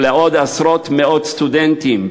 ולעוד עשרות ומאות סטודנטים,